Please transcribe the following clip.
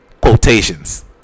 quotations